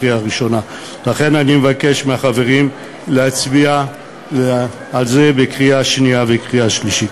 לכן אני מבקש מהחברים להצביע על זה בקריאה שנייה ובקריאה שלישית.